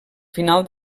final